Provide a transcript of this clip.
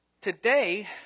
Today